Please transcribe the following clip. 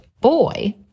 boy